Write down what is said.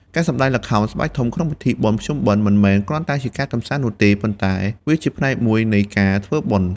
ការសម្តែងល្ខោនស្បែកធំក្នុងពិធីបុណ្យភ្ជុំបិណ្ឌ មិនមែនគ្រាន់តែជាការកម្សាន្តនោះទេ ប៉ុន្តែវាជាផ្នែកមួយនៃការ ធ្វើបុណ្យ។